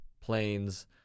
planes